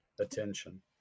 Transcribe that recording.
attention